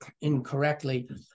incorrectly